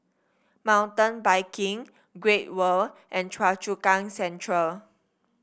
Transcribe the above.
Mountain Biking Great World and Choa Chu Kang Central